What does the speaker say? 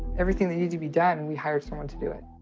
everything that needed to be done, we hired someone to do it.